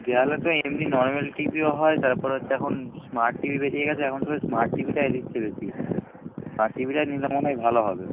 দেয়ালেতে এমনি নর্মাল টিভিও হয় তারপর হচ্ছে এখন স্মার্ট টিভি বেরিয়ে গেছে এখন সবাই স্মার্ট টিভিটাই নিচ্ছে বেশি স্মার্ট টিভিটাই নিলে মনে হয় ভালো হবে